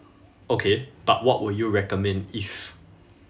okay but what would you recommend if